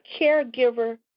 caregiver